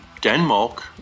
Denmark